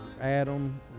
Adam